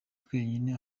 twenyine